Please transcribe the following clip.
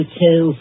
two